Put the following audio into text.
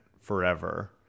forever